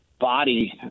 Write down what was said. body